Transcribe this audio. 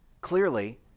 Clearly